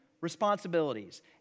responsibilities